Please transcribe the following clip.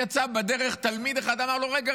יצא תלמיד אחד ואמר לו: רגע,